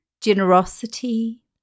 generosity